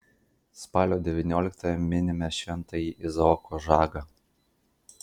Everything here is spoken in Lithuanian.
spalio devynioliktąją minime šventąjį izaoką žagą